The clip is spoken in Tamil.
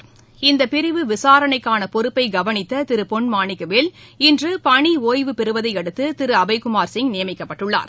சிலைத்தடுப்புப் பிரிவு விசாரணைக்கான பொறுப்பை கவனித்த திரு பொன் மாணிக்கவேல் இன்று பணி ஓய்வு பெறுவதை அடுத்து திரு அபய்குமார் சிங் நியமிக்கப்பட்டுள்ளார்